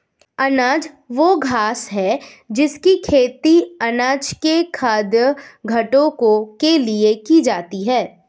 अनाज वह घास है जिसकी खेती अनाज के खाद्य घटकों के लिए की जाती है